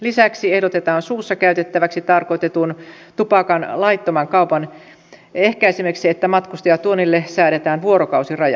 lisäksi ehdotetaan suussa käytettäväksi tarkoitetun tupakan laittoman kaupan ehkäisemiseksi että matkustajatuonnille säädetään vuorokausiraja